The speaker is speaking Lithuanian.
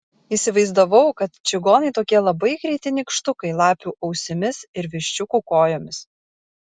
įsivaizdavau kad čigonai tokie labai greiti nykštukai lapių ausimis ir viščiukų kojomis